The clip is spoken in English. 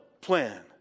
plan